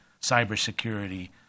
cybersecurity